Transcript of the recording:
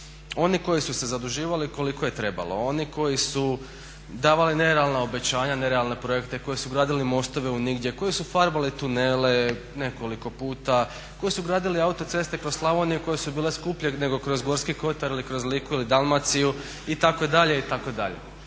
oni koji su se zaduživali koliko je trebalo, oni koji su davali nerealna obećanja, nerealne projekte, koji su gradili mostove u nigdje, koji su farbali tunele nekoliko puta, koji su gradili autoceste kroz Slavoniju koje su bile skuplje nego kroz Gorski Kotar ili kroz Liku ili Dalmaciju itd., itd.?